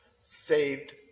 saved